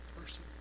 person